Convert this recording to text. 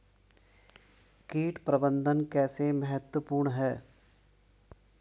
कीट प्रबंधन कैसे महत्वपूर्ण है?